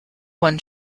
one